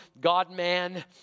God-man